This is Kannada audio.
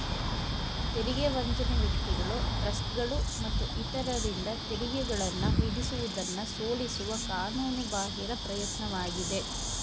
ತೆರಿಗೆ ವಂಚನೆ ವ್ಯಕ್ತಿಗಳು ಟ್ರಸ್ಟ್ಗಳು ಮತ್ತು ಇತರರಿಂದ ತೆರಿಗೆಗಳನ್ನ ವಿಧಿಸುವುದನ್ನ ಸೋಲಿಸುವ ಕಾನೂನು ಬಾಹಿರ ಪ್ರಯತ್ನವಾಗಿದೆ